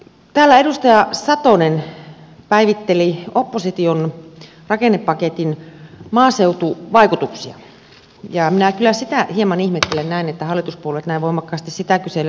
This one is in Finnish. täällä edustaja satonen päivitteli opposition rakennepaketin maaseutuvaikutuksia ja minä kyllä sitä hieman ihmettelen että hallituspuolueet näin voimakkaasti niitä kyselevät